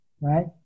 right